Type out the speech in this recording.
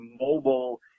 mobile